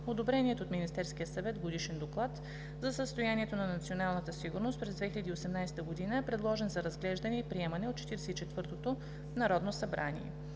одобреният от Министерския съвет Годишен доклад за състоянието на националната сигурност през 2018 г. е предложен за разглеждане и приемане от 44-тото народно събрание.